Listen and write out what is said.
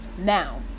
Now